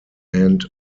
end